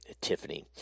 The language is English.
Tiffany